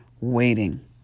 waiting